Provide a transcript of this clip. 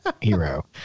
hero